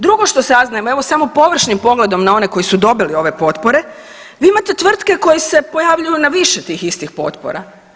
Drugo što saznajem, evo samo površnim pogledom na one koji su dobili ove potpore, vi imate tvrtke koje se pojavljuju na više tih istih potpora.